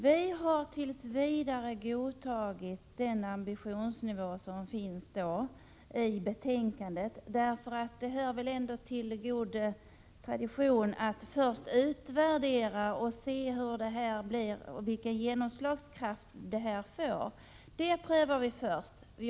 Vi har tills vidare godtagit den ambitionsnivå som finns i betänkandet, därför att det är en god tradition att först utvärdera och se hur det blir och vilken genomslagskraft detta får. Det måste vi först pröva.